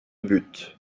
but